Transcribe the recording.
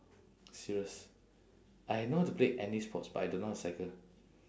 serious I know how to play any sports but I don't know how to cycle